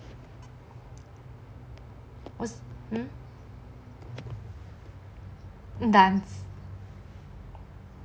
was dance